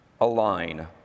Align